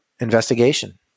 investigation